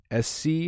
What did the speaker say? SC